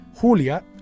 Julia